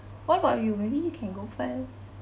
what about you maybe you can go first